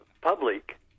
public